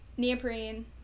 neoprene